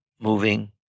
moving